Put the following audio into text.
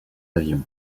avion